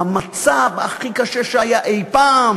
המצב הכי קשה שהיה אי-פעם,